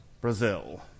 Brazil